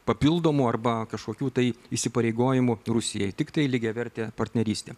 papildomų arba kažkokių tai įsipareigojimų rusijai tiktai lygiavertė partnerystė